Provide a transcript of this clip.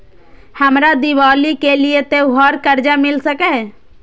हमरा दिवाली के लिये त्योहार कर्जा मिल सकय?